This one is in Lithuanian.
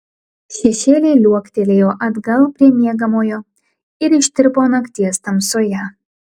šešėliai liuoktelėjo atgal prie miegamojo ir ištirpo nakties tamsoje